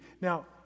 Now